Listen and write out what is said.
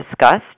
discussed